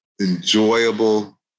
enjoyable